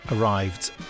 arrived